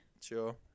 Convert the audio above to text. sure